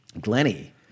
Glenny